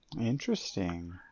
Interesting